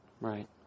Right